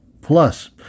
Plus